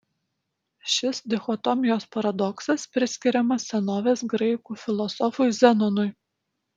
šis dichotomijos paradoksas priskiriamas senovės graikų filosofui zenonui